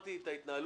הסברתי את ההתנהלות.